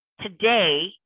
Today